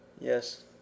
Yes